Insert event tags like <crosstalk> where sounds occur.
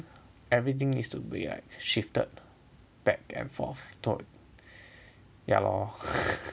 everything is to be like shifted back and forth though ya lor <laughs>